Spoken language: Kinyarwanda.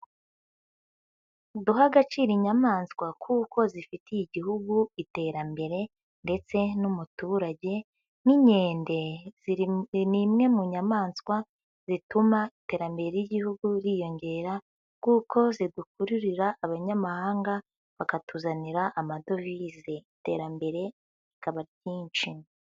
Duhe agaciro inyamaswa kuko zifitiye igihugu iterambere ndetse n'umuturage n'inkende ni imwe mu nyamanswa zituma iterambere ry'igihugu ryiyongera kuko zidukururira abanyamahanga bakatuzanira amadovize iterambere rikaba ryinshi.